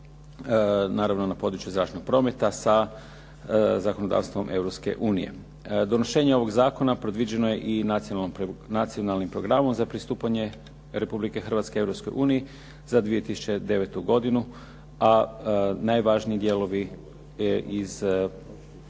naravno na području zračnog prometa sa zakonodavstvom Europske unije. Donošenje ovog zakona predviđeno je i nacionalnim programom za pristupanje Republike Hrvatske Europskoj uniji za 2009. godinu, a najvažniji dijelovi su